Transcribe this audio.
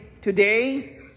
today